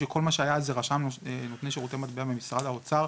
כשכל מה שהיה על זה רשמנו "נותני שירותי מטבע" במשרד האוצר,